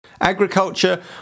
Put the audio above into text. Agriculture